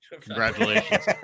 Congratulations